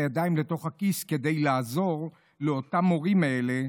הידיים לתוך הכיס כדי לעזור למורים האלה,